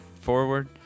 forward